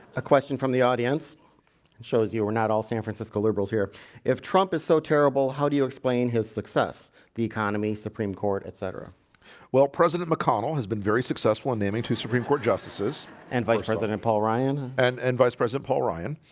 a question from the audience shows you we're not all san francisco liberals here if trump is so terrible how do you explain his success the economy supreme court, etc well president mcconnell has been very successful in naming two supreme court justices and vice president paul ryan and and vice president paul ryan